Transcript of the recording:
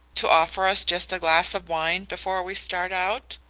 to offer us just a glass of wine before we start out?